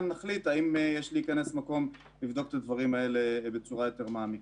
נחליט האם יש מקום להכנס לבדוק את הדברים האלה בצורה יותר מעמיקה.